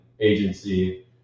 agency